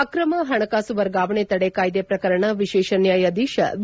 ಅಕ್ರಮ ಹಣಕಾಸು ವರ್ಗಾವಣೆ ತಡೆ ಕಾಯ್ದೆ ಪ್ರಕರಣಗಳ ವಿಶೇಷ ನ್ವಾಯಾಧೀಶ ವಿ